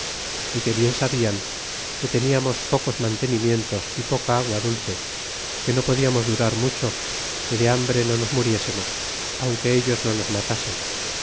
ti que bien sabian que teniamos pocos man a tenimientos y poca agua dulce que no podiamos durar me cho que de lumbre no nos muriésemos aunque ellos no nos a matasen